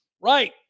Right